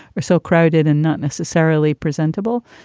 are so crowded and not necessarily presentable.